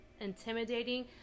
intimidating